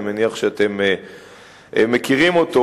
אני מניח שאתם מכירים אותו.